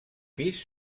pis